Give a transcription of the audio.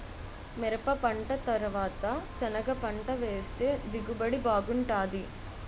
మిరపపంట తరవాత సెనగపంట వేస్తె దిగుబడి బాగుంటాది